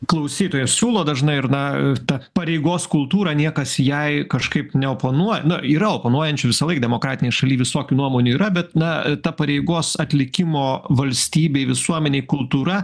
klausytojai siūlo dažnai ir na ta pareigos kultūra niekas jai kažkaip neoponuoja nu yra oponuojančių visąlaik demokratinėj šaly visokių nuomonių yra bet na ta pareigos atlikimo valstybei visuomenei kultūra